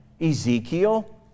Ezekiel